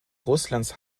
russlands